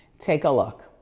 take a look.